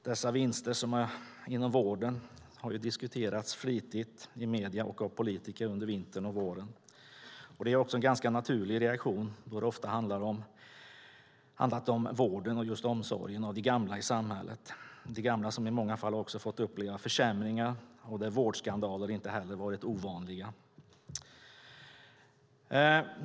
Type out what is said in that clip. Dessa vinster inom vården har diskuterats flitigt i medierna och av politiker under vintern och våren. Det har varit en ganska naturlig reaktion då det ofta har handlat om vård och omsorg av de gamla i samhället. De gamla har i många fall fått uppleva försämringar, och vårdskandaler har inte heller varit ovanliga.